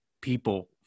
people